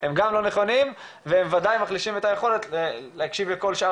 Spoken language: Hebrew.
הם גם לא נכונים והם וודאי מחלישים את היכולת להקשיב לכל שאר